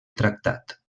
tractat